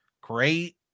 great